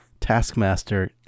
Taskmaster